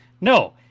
No